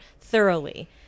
thoroughly